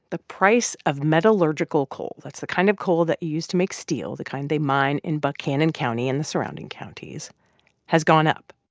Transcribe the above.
the price of metallurgical coal that's the kind of coal that you use to make steel, the kind they mine in buchanan county and the surrounding counties has gone up.